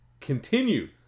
continue